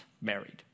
married